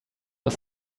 are